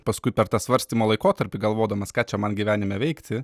paskui per tą svarstymo laikotarpį galvodamas ką čia man gyvenime veikti